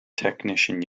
technician